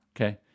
Okay